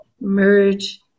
merge